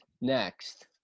next